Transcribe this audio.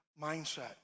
mindset